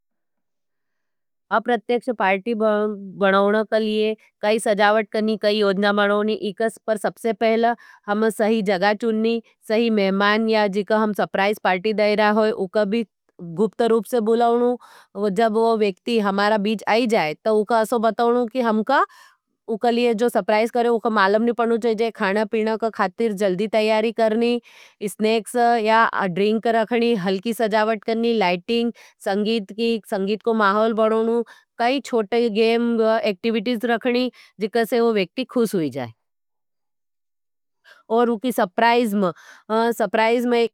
आप प्रत्यक्ष पार्टी बनोन क लिये काई सजावट करनी, काई ओजना बनोनी इकस पर सबसे पहला हम सही जगा चुननी, सही मेहमान या जीका हम सप्राइस पार्टी दाई रहा होई उका भी गुप्तरूप से बुलाऊन। जब वो वेक्ती हमारा बीच आई जाए तो उका असो बताओनों की हमका उका लिये जो सप्राइस करें उका मालूम नी पाणों चाहिए। खाना, पीना का खातिर जल्दी तैयारी करनी, स्नेक्स या ड्रिंक रखनी, हलकी सजावट करनी, लाइटिंग, संगीत की, संगीत को माहौल बनोनू, काई छोटे गेम अकटीवीटिज रखनी जीके से ओ वेक्ती खुस हुई जाए। और उकी सप्राइस में, सप्राइस में।